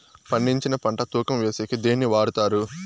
పండించిన పంట తూకం వేసేకి దేన్ని వాడతారు?